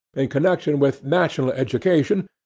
in connection with national education,